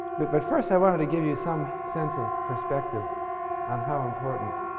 but but first, i wanted to give you some sense of perspective on how important